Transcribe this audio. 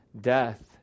death